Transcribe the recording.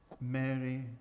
Mary